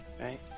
right